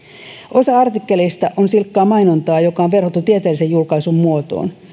osa artikkeleista on silkkaa mainontaa joka on verhottu tieteellisen julkaisun muotoon